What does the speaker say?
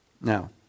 Now